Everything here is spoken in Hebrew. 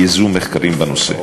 ייזום מחקרים בנושא.